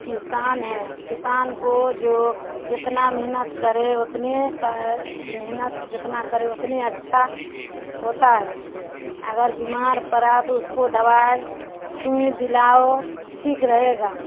کسان ہے کسان کو جو جتنا محنت کرے اتنے محنت جتنا کرے اتنے اچھا ہوتا ہے اگر بیمار پڑا تو اس کو دوائی سوئی دلاؤ ٹھیک رہے گا